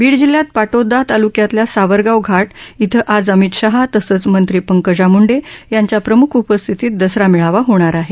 बीड जिल्ह्यात पाटोदा तालुक्यातल्या सावरगाव घाट इथं आज अमित शाह तसंच मंत्री पंकजा मुंडे यांच्या प्रमुख उपस्थितीत दसरा मेळावा होणार आहे